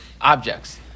objects